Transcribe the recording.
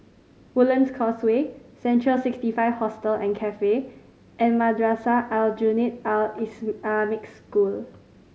Woodlands Causeway Central Sixty Five Hostel and Cafe and Madrasah Aljunied Al Islamic School